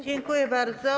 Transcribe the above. Dziękuję bardzo.